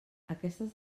aquestes